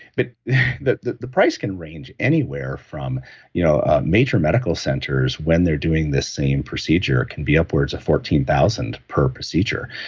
but the the price can range anywhere from you know ah major medical centers when they're doing the same procedure can be upwards of fourteen thousand per procedure.